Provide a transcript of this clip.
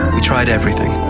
we tried everything.